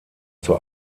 zur